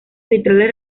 vitrales